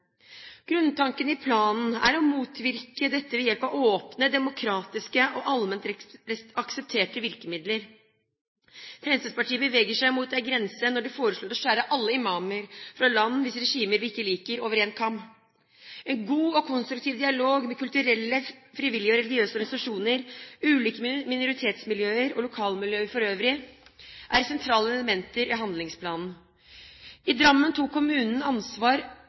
Grunntanken i planen er å motvirke dette ved hjelp av åpne, demokratiske og allment aksepterte virkemidler. Fremskrittspartiet beveger seg mot en grense når de foreslår å skjære alle imamer fra land hvis regimer de ikke liker, over én kam. En god og konstruktiv dialog med kulturelle, frivillige og religiøse organisasjoner, ulike minoritetsmiljøer og lokalmiljøet for øvrig er sentrale elementer i handlingsplanen. I Drammen tok kommunen ansvar